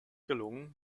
gelungen